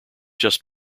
just